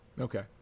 Okay